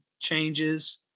changes